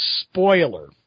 Spoiler